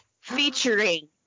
featuring